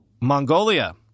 Mongolia